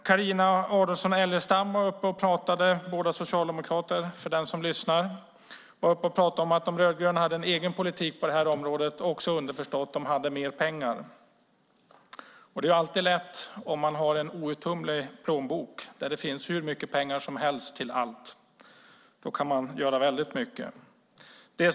Carina Adolfsson Elgestam - både hon och Sven-Erik Bucht är för övrigt socialdemokrater - var uppe och talade om att De rödgröna har en egen politik på det här området. Det var också underförstått att de har mer pengar. Det är alltid lätt om man har en outtömlig plånbok där det finns pengar till allt. Då kan man göra väldigt mycket.